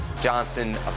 johnson